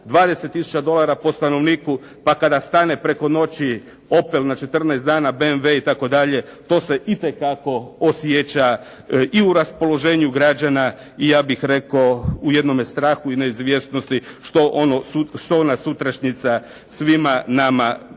tisuća dolara po stanovniku, pa kada stane preko noći Opel na 14 dana, BMW itd. To se itekako osjeća i u raspoloženju građana i ja bih rekao u jednome strahu i neizvjesnosti što ona sutrašnjica svima nama donosi,